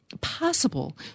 possible